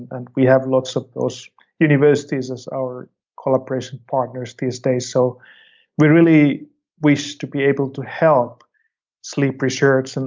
and we have lots of those universities as our collaboration partners these days. so we really wish to be able to help sleep research, and